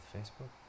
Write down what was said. Facebook